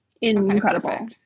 Incredible